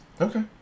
Okay